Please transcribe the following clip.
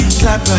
clap